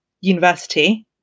university